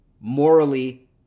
morally